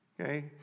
okay